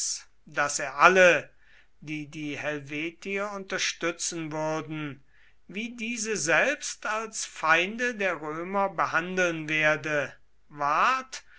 daß er alle die die helvetier unterstützen würden wie diese selbst als feinde der römer behandeln werde ward